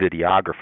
videographer